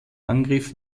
angriff